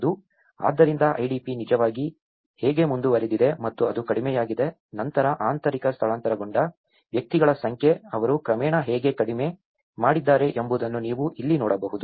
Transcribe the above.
ಆದ್ದರಿಂದ IDP ನಿಜವಾಗಿ ಹೇಗೆ ಮುಂದುವರೆದಿದೆ ಮತ್ತು ಅದು ಕಡಿಮೆಯಾಗಿದೆ ನಂತರ ಆಂತರಿಕ ಸ್ಥಳಾಂತರಗೊಂಡ ವ್ಯಕ್ತಿಗಳ ಸಂಖ್ಯೆ ಅವರು ಕ್ರಮೇಣ ಹೇಗೆ ಕಡಿಮೆ ಮಾಡಿದ್ದಾರೆ ಎಂಬುದನ್ನು ನೀವು ಇಲ್ಲಿ ನೋಡಬಹುದು